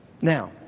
Now